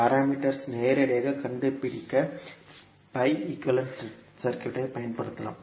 parameters ஐ நேரடியாகக் கண்டுபிடிக்க pi ஈக்குவேலன்ட் சர்க்யூட் பயன்படுத்தலாம்